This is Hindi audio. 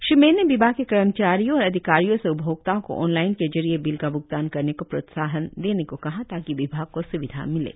श्री मैन ने विभाग के कर्मचारियों और अधिकारियों से उपभोक्ताओं को ऑनलाईन के जरिए बिल का भूगतान करने को प्रोत्साहन देने को कहा ताकि विभाग को स्विधा मिले